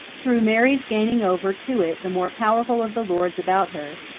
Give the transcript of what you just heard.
through mary's gaining over to it the more powerful of the lords about her,